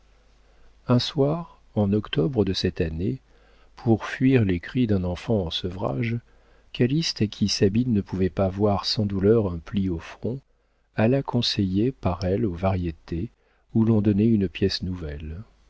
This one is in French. un soir en octobre de cette année pour fuir les cris d'un enfant en sevrage calyste à qui sabine ne pouvait pas voir sans douleur un pli au front alla conseillé par elle aux variétés où l'on donnait une pièce nouvelle